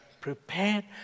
prepared